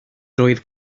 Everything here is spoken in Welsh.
doedd